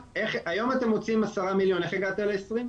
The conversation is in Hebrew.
היום אתם רוצים 10 מיליון, איך הגעת ל-20?